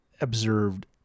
observed